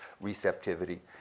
receptivity